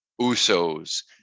Usos